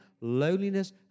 loneliness